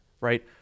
right